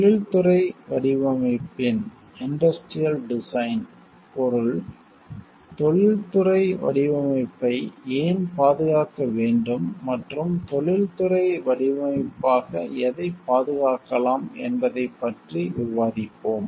தொழில்துறை வடிவமைப்பின் industrial design பொருள் தொழில்துறை வடிவமைப்பை இண்டஸ்ட்ரியல் டிசைன் ஏன் பாதுகாக்க வேண்டும் மற்றும் தொழில்துறை வடிவமைப்பாக எதைப் பாதுகாக்கலாம் என்பதைப் பற்றி விவாதிப்போம்